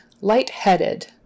light-headed